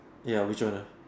ya which one lah